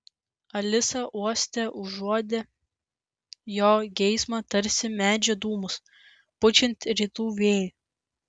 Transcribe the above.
alisa uoste užuodė jo geismą tarsi medžio dūmus pučiant rytų vėjui